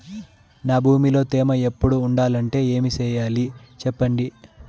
నా భూమిలో తేమ ఎప్పుడు ఉండాలంటే ఏమి సెయ్యాలి చెప్పండి?